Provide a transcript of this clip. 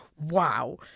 wow